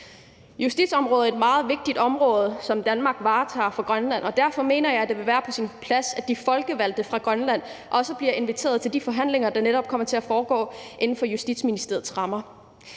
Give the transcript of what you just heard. Justitsområdet er et meget vigtigt område, som Danmark varetager for Grønland, og derfor mener jeg, at det vil være på sin plads, at de folkevalgte fra Grønland også bliver inviteret til de forhandlinger, der netop kommer til at foregå inden for Justitsministeriets rammer.